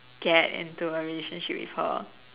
get into a relationship with her